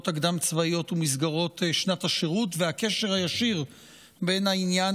הקדם-צבאיות ומסגרות שנת השירות והקשר הישיר בין העניין